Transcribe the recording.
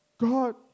God